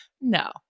No